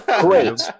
Great